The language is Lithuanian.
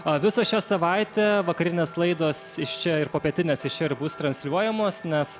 o visą šią savaitę vakarinės laidos iš čia ir popietinės iš čia ir bus transliuojamos nes